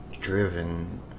driven